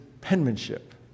penmanship